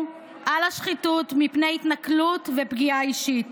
על השחיתות מפני התנכלויות ופגיעה אישית.